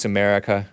America